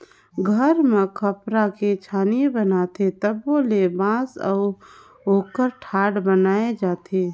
घर मे खपरा के छानी बनाथे तबो ले बांस अउ ओकर ठाठ बनाये जाथे